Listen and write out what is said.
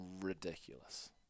ridiculous